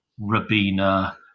Rabina